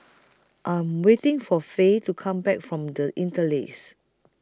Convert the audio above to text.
I Am waiting For Faye to Come Back from The Interlace